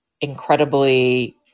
incredibly